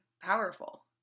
powerful